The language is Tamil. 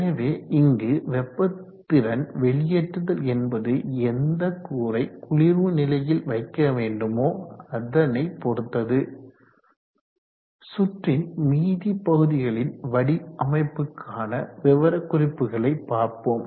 எனவே இங்கு வெப்ப திறன் வெளியேற்றுதல் என்பது எந்த கூறை குளிர்வு நிலையில் வைக்க வேண்டுமோ அதனை பொறுத்தது சுற்றின் மீதி பகுதிகளின் வடிவமைப்புக்கான விவரக்குறிப்புகளை பார்ப்போம்